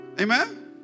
Amen